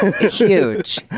huge